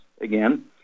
again